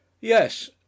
Yes